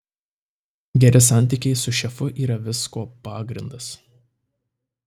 geri santykiai su šefu yra visko pagrindas